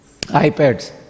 iPads